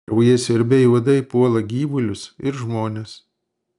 kraujasiurbiai uodai puola gyvulius ir žmones